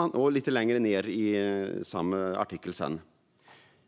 Han fortsätter: